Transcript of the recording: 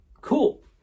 Cool